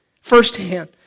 Firsthand